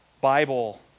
Bible